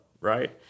right